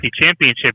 Championship